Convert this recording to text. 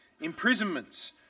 imprisonments